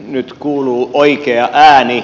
nyt kuuluu oikea ääni